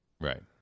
right